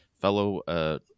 fellow